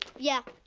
yeah,